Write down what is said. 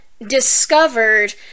discovered